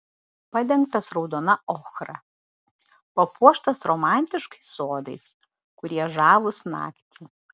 padengtas raudona ochra papuoštas romantiškais sodais kurie žavūs naktį